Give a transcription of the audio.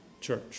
church